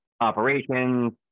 operations